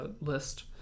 list